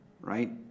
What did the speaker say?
right